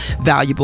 valuable